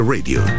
Radio